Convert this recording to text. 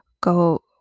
go